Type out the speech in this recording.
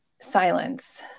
silence